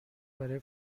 برای